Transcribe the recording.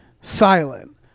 silent